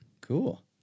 cool